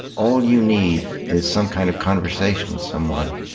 all you need is some kind of conversation with someone,